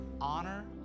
honor